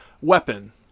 weapon